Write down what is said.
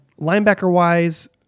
Linebacker-wise